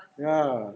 ya